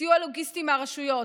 וסיוע לוגיסטי מהרשויות,